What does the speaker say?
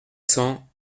cents